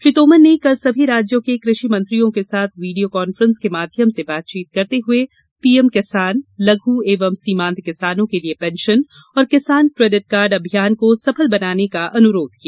श्री तोमर ने कल सभी राज्यों के कृषि मंत्रियों के साथ वीडियो कांफ्रेंस के माध्यम से बातचीत करते हुए पीएम किसान लघ् एवं सीमांत किसानों के लिए पेंशन और किसान क्रेडिट कार्ड अभियान को सफल बनाने का अनुरोध किया